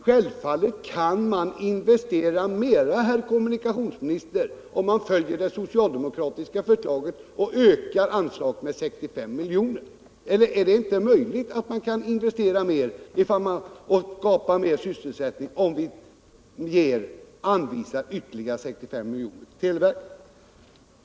Självfallet kan man investera mera, herr kommunikationsminister, om man följer det socialdemokratiska förslaget och ökar anslaget med 65 milj.kr. Är det inte möjligt att televerket kan investera mer och därigenom kan skapa mer sysselsättning, om verket anvisas ytterligare 65 milj.kr.?